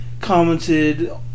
commented